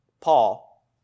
Paul